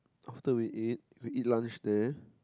after we eat we eat lunch there